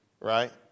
right